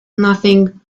nothing